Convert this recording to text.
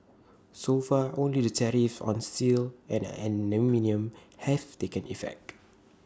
so far only the tariffs on steel and aluminium have taken effect